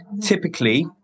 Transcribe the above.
typically